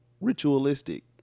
ritualistic